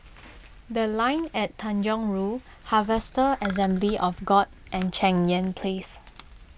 the Line and Tanjong Rhu Harvester Assembly of God and Cheng Yan Place